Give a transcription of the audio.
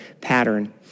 pattern